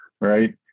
right